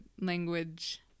language